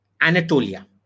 Anatolia